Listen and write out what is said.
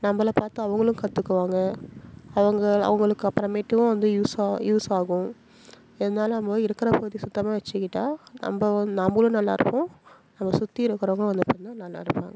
நம்பளை பார்த்து அவங்களும் கற்றுக்குவாங்க அவங்க அவங்களுக்கு அப்புறமேட்டும் வந்து யூஸ்ஸாக யூஸ் ஆகும் இதனால நம்ம வந்து இருக்கிற பகுதியை சுத்தமாக வச்சுக்கிட்டா நம்பவும் நாம்பளும் நல்லா இருப்போம் நம்மளை சுற்றி இருக்கிறவங்களும் வந்து பார்த்தினா நல்லா இருப்பாங்க